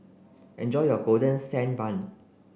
enjoy your golden sand bun